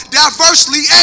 diversely